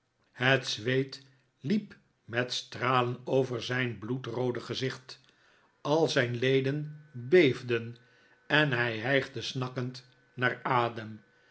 het zweet liep met stralen over zijn bloedroode gezicht al zijn leden beefden en hij hijgde snakkend naar adem